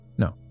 No